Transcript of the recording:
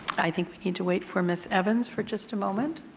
i think we need to wait for ms. evans for just a moment.